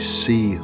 see